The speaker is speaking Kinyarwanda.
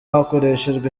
hakoreshejwe